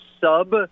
sub